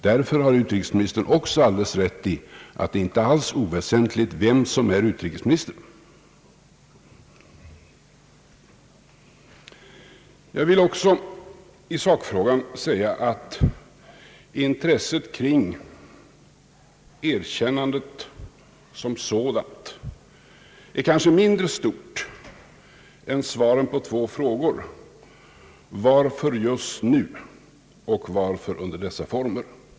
Därför har utrikesministern alldeles rätt i att det inte alls är oväsentligt vem som är utrikesminister. Jag vill också i sakfrågan säga, att intresset kring erkännandet som sådant kanske är mindre stort än intresset för svaren på två frågor: Varför just nu? Varför under dessa former?